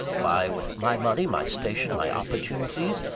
why, with my money, my station, my opportunities,